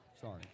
Sorry